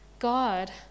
God